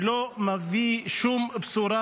שלא מביא שום בשורה